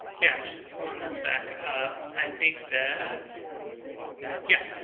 yeah, i'm just pulling us back up? i think that yeah,